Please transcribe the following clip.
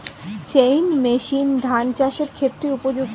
Chain machine ধান চাষের ক্ষেত্রে উপযুক্ত?